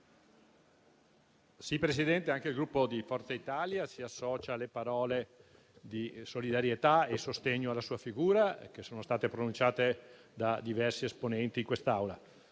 Presidente, anche il Gruppo Forza Italia si associa alle parole di solidarietà e sostegno alla sua figura che sono state pronunciate da diversi esponenti in quest'Aula.